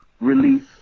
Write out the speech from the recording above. release